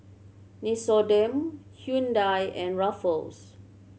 Nixoderm Hyundai and Ruffles